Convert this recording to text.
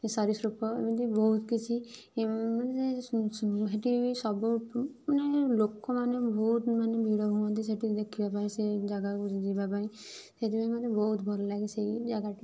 ସରୀସୃପ ଏମତି ବହୁତ କିଛି ମାନେ ହେଟି ବି ସବୁ ମାନେ ଲୋକମାନେ ବହୁତ ମାନେ ଭିଡ଼ ହୁଅନ୍ତି ସେଠି ଦେଖିବା ପାଇଁ ସେ ଜାଗାକୁ ଯିବା ପାଇଁ ସେଇଥିପାଇଁ ମୋତେ ବହୁତ ଭଲ ଲାଗେ ସେଇ ଜାଗାଟା